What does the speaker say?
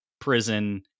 prison